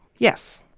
yes.